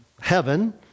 heaven